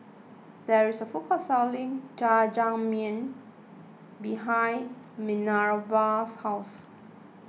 there is a food court selling Jajangmyeon behind Manerva's house